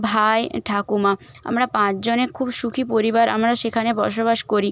ভাই ঠাকুমা আমরা পাঁচজনে খুব সুখী পরিবার আমরা সেখানে বসবাস করি